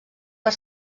per